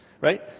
Right